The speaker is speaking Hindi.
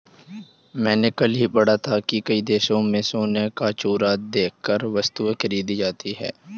मैंने कल ही पढ़ा था कि कई देशों में सोने का चूरा देकर वस्तुएं खरीदी जाती थी